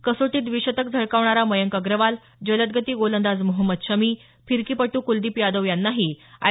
कसोटीत व्दिशतक झळकावणारा मयांक अग्रवाल जलदगती गोलंदाज मोहम्मद शामी फिरकीपटू कुलदीप यादव यांनाही आय